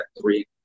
three